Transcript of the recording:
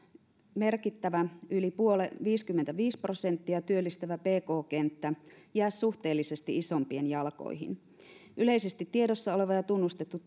merkittävä yli viisikymmentäviisi prosenttia työllistävä pk kenttä jää suhteellisesti isompien jalkoihin yleisesti tiedossa oleva ja tunnustettu